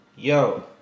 Yo